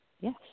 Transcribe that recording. yes